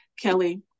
Kelly